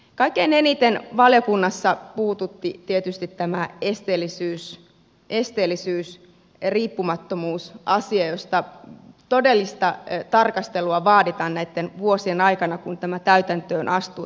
kaikkein eniten valiokunnassa puhututti tietysti tämä esteellisyysriippumattomuus asia josta todellista tarkastelua vaaditaan näitten vuosien aikana kun tämä laki astuu täytäntöön